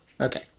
okay